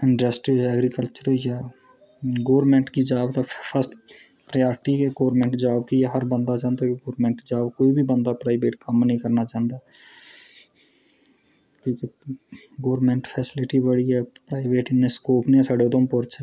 industrial infrastructure होइया government गी job तां फर्स्ट प्रॉयरटी ते गौरमैंट जॉब गी गै हर बंदा चाहंदा कोई बंदा प्राईवेट कम्म करना नेईं चाहंदा गैरमैंट फेस्लिटी आह्ले प्राईवेट इन्ने स्कूल निं हैन साढ़े उधमपुर च